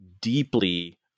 deeply